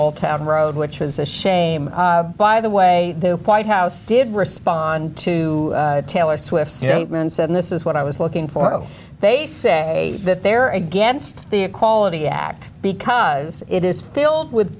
all town road which is a shame by the way the white house did respond to taylor swift statements and this is what i was looking for oh they say that they're against the equality act because it is filled with